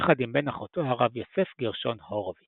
יחד עם בן אחותו הרב יוסף גרשון הורוביץ.